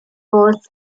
was